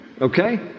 Okay